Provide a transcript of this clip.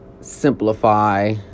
simplify